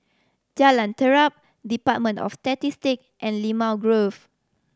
Jalan Terap Department of Statistic and Limau Grove